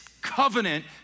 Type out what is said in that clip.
covenant